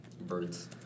Birds